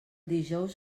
dijous